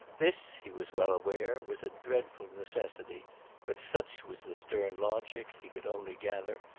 this, he was well aware, was a dreadful necessity but such was the stern logic, he could only gather,